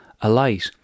alight